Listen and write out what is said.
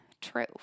true